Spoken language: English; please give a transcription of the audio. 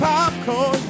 Popcorn